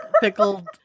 pickled